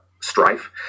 strife